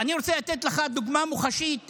אני רוצה לתת לך דוגמה מוחשית,